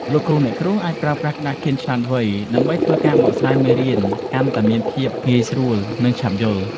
លោកគ្រូអ្នកគ្រូអាចប្រើប្រាស់ក្តារខៀនឆ្លាតវៃ ដើម្បីធ្វើឱ្យការបកស្រាយមេរៀនកាន់តែមានភាពងាយស្រួលនិងឆាប់យល់។